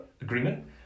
agreement